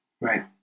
Right